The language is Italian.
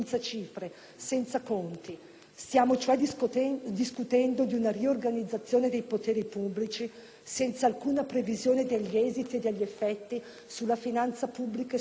Stiamo cioè discutendo di una riorganizzazione dei poteri pubblici senza alcuna previsione degli esiti e degli effetti sulla finanza pubblica e sulle singole autonomie territoriali.